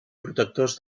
protectors